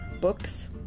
books